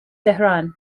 tehran